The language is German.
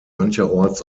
mancherorts